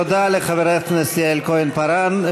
תודה לחברת הכנסת יעל כהן-פארן.